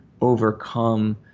overcome